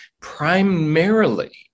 primarily